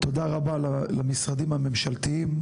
תודה רבה למשרדים הממשלתיים,